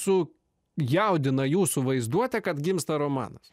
sujaudina jūsų vaizduotę kad gimsta romanas